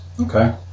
Okay